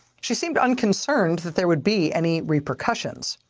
she seemed unconcerned that there would be any repercussions.